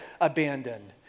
abandoned